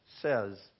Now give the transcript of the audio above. says